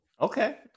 Okay